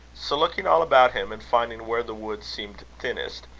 so, looking all about him, and finding where the wood seemed thinnest,